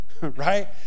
right